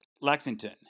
Lexington